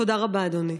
תודה רבה, אדוני.